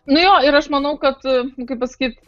nuo jo ir aš manau kad kaip pasakyt